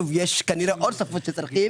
יש עוד שפות שצריכים